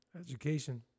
Education